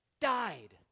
Died